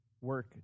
work